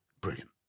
Brilliant